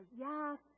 yes